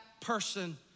person